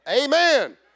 Amen